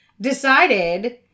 decided